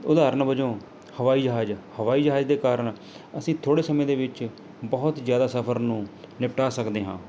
ਉਦਾਹਰਨ ਵਜੋਂ ਹਵਾਈ ਜਹਾਜ਼ ਹਵਾਈ ਜਹਾਜ਼ ਦੇ ਕਾਰਨ ਅਸੀਂ ਥੋੜ੍ਹੇ ਸਮੇਂ ਦੇ ਵਿੱਚ ਬਹੁਤ ਜ਼ਿਆਦਾ ਸਫ਼ਰ ਨੂੰ ਨਿਪਟਾ ਸਕਦੇ ਹਾਂ